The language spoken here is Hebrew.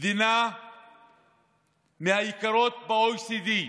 מדינה מהיקרות ב-OECD,